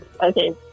okay